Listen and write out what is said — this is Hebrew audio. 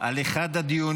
על אחד הדיונים,